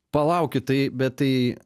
palaukit tai bet tai